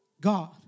God